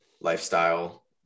lifestyle